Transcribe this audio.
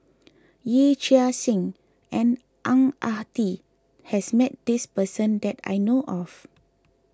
Yee Chia Hsing and Ang Ah Tee has met this person that I know of